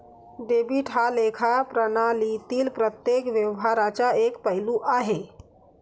debit हा लेखा प्रणालीतील प्रत्येक व्यवहाराचा एक पैलू आहे